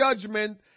judgment